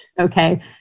okay